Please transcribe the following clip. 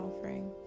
offering